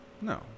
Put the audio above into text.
No